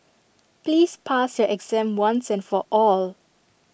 please pass your exam once and for all